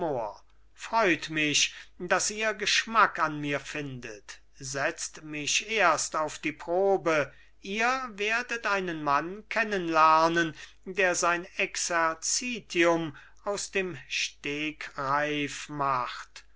freut mich daß ihr geschmack an mir findet setzt mich erst auf die probe ihr werdet einen mann kennenlernen der sein exerzitium aus dem stegreif macht